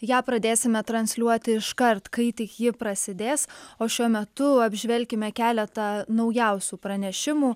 ją pradėsime transliuoti iškart kai tik ji prasidės o šiuo metu apžvelkime keletą naujausių pranešimų